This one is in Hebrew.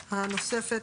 הנוספת,